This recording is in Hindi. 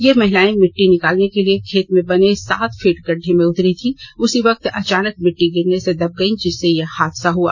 ये महिलाएं मिट्टी निकालने के लिए खेत में बने सात फीट गड्ढे में उतरी थी उसी वक्त अचानक मिट्टी गिरने से दब गई जिससे यह हादसा हुआ